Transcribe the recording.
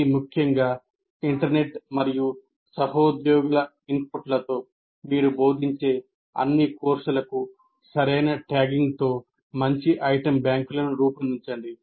మరీ ముఖ్యంగా ఇంటర్నెట్ మరియు సహోద్యోగుల ఇన్పుట్లతో మీరు బోధించే అన్ని కోర్సులకు సరైన ట్యాగింగ్తో మంచి ఐటమ్ బ్యాంకులను రూపొందించండి